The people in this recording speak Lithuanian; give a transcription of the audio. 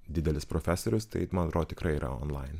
didelis profesorius tai man atrodo tikrai yra onlain